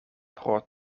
pro